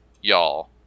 y'all